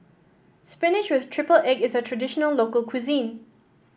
spinach with triple egg is a traditional local cuisine